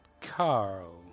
Carl